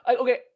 Okay